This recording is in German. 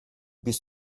bis